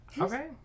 Okay